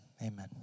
amen